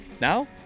Now